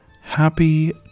Happy